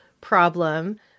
problem